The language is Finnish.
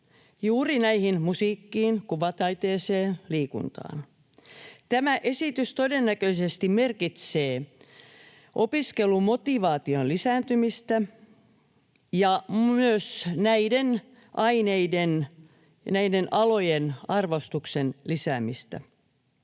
juuri näihin musiikkiin, kuvataiteeseen, liikuntaan. Tämä esitys todennäköisesti merkitsee opiskelumotivaation lisääntymistä ja myös näiden aineiden ja näiden alojen arvostuksen lisäämistä,